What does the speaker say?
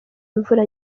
imvura